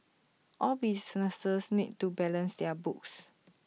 all businesses need to balance their books